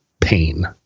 pain